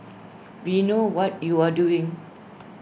we know what you are doing